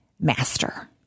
master